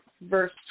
verse